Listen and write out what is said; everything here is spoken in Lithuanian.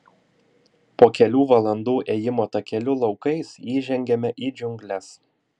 po kelių valandų ėjimo takeliu laukais įžengiame į džiungles